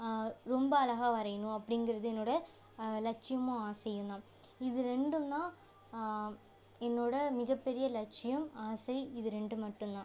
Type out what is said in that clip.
ரொம்ப அழகாக வரையிணும் அப்படிங்குறது என்னோடய லட்சியமும் ஆசையுந்தான் இது ரெண்டுந்தான் என்னோடய மிகப்பெரிய லட்சியம் ஆசை இது ரெண்டும் மட்டுந்தான்